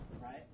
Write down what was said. right